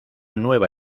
nueva